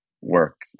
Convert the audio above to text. work